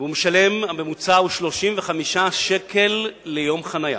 והוא משלם, הממוצע הוא 35 שקל ליום חנייה.